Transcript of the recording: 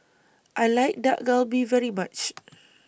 I like Dak Galbi very much